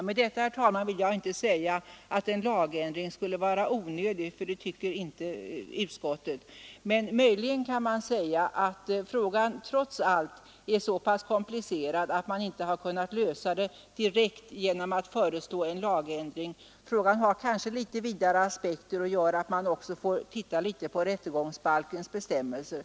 Med detta, herr talman, vill jag inte påstå att en lagändring skulle vara onödig, för det tycker inte utskottet. Möjligen kan det trots allt sägas att frågan är så pass komplicerad att man inte har kunnat lösa den direkt genom att föreslå en lagändring. Den har vidare aspekter, möjligen måste man även titta på rättegångsbalkens bestämmelser.